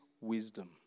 wisdom